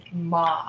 mom